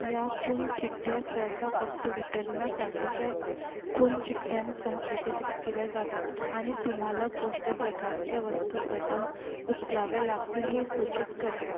या खूणचिठ्ठ्या सहसा फक्त वितरणासाठीच्या खूणचिठ्ठ्यांसह एकत्रित केल्या जातात आणि तुम्हाला कोणत्या प्रकारच्या वस्तू प्रथम उचलाव्या लागतील हे सूचित करतात